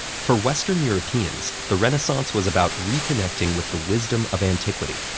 for western europeans, the renaissance was about reconnecting with the wisdom of antiquity.